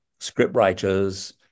scriptwriters